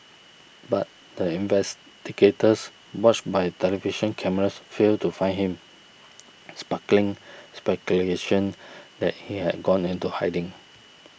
but the investigators watched by television cameras failed to find him sparkling speculation that he had gone into hiding